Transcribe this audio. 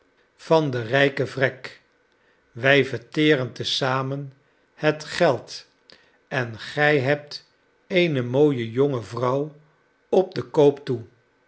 van den rijken vrek wij verteren te zamen het geld en gij hebt eenemooie jonge vrouw op den koop toe